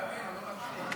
אינו נוכח.